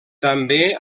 també